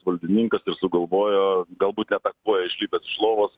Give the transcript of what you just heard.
valdininkas ir sugalvojo galbūt ne ta koja išlipęs iš lovos